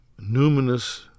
numinous